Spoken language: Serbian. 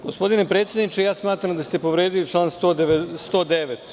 Gospodine predsedniče, smatram da ste povredili član 109.